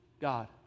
God